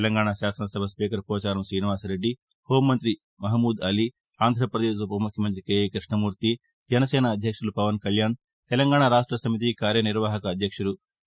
తెలంగాణ శాసనసభ speaker Pocharam రీనివాస్రెడ్లి హోంమంతి Mahmood Ali Andhra Pradesh ఉపముఖ్యమంతి K E Krishnamurthy Janasena అధ్యక్షులు పవన్ కల్యాణ్ తెలంగాణ రాష్టసమితి కార్యనిర్వాహక అధ్యక్షుదు కే